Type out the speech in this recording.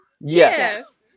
Yes